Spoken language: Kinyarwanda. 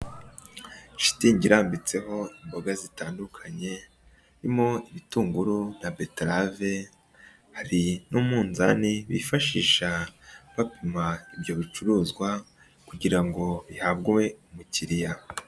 Shitingi irambitseho imboga zitandukanye, haririmo ibitunguru na beterave, hari n'umuzani bifashisha bapima ibyo bicuruzwa kugira ngo bihabwe umukiriya.